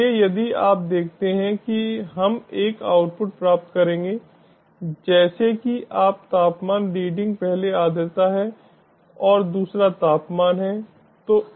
इसलिए यदि आप देखते हैं कि हम एक आउटपुट प्राप्त करेंगे जैसे कि आपका तापमान रीडिंग पहले आर्द्रता है और दूसरा तापमान है